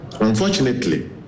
Unfortunately